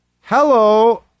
hello